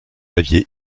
aviez